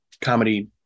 comedy